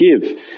give